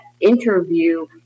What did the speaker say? interview